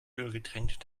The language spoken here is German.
ölgetränkt